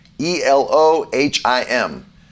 E-L-O-H-I-M